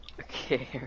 Okay